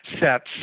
sets